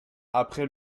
après